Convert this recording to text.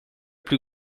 plus